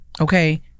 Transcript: Okay